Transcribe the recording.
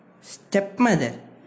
stepmother